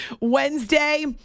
Wednesday